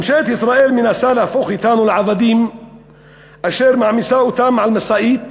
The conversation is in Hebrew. ממשלת ישראל מנסה להפוך אותנו לעבדים אשר היא מעמיסה על משאית